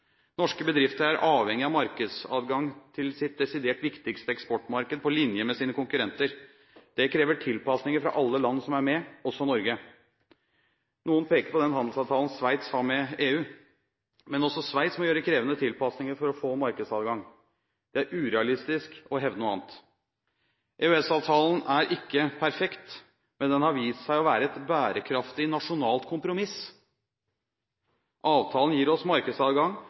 Norske bedrifter er avhengig av markedsadgang til sitt desidert viktigste eksportmarked på linje med sine konkurrenter. Det krever tilpasninger fra alle land som er med, også Norge. Noen peker på den handelsavtalen Sveits har med EU. Men også Sveits må gjøre krevende tilpasninger for å få markedsadgang. Det er urealistisk å hevde noe annet. EØS-avtalen er ikke perfekt, men den har vist seg å være et bærekraftig nasjonalt kompromiss. Avtalen gir oss markedsadgang